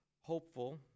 hopeful